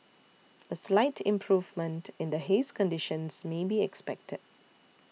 a slight improvement in the haze conditions may be expected